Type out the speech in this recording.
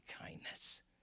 kindness